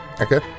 Okay